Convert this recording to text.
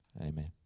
Amen